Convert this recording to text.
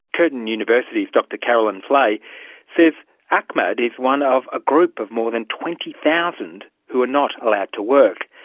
curtin university's dr caroline fleay says akmad is one of a group of more than twenty thousand who are not allowed to work.